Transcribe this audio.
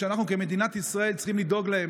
ואנחנו כמדינת ישראל צריכים לדאוג להם.